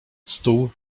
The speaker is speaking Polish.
stół